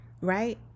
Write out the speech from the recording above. right